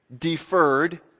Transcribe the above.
deferred